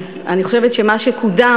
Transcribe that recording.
אז אני חושבת שמה שקודם,